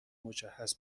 مجهز